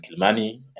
Kilmani